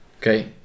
Okay